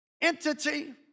entity